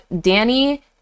danny